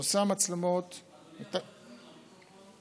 בנושא המצלמות, אדוני יכול לדבר למיקרופון?